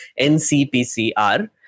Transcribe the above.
NCPCR